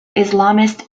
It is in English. islamist